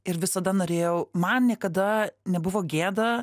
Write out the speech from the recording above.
ir visada norėjau man niekada nebuvo gėda